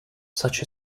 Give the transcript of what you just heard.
such